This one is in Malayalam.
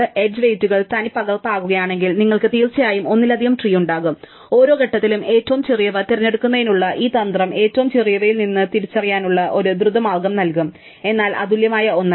എഡ്ജ് വെയ്റ്റുകൾ തനിപ്പകർപ്പാക്കുകയാണെങ്കിൽ നിങ്ങൾക്ക് തീർച്ചയായും ഒന്നിലധികം ട്രീ ഉണ്ടാകും ഓരോ ഘട്ടത്തിലും ഏറ്റവും ചെറിയവ തിരഞ്ഞെടുക്കുന്നതിനുള്ള ഈ തന്ത്രം ഏറ്റവും ചെറിയവയിൽ ഒന്ന് തിരിച്ചറിയാനുള്ള ഒരു ദ്രുത മാർഗം നൽകും എന്നാൽ അതുല്യമായ ഒന്നല്ല